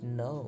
no